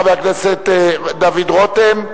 חבר הכנסת דוד רותם.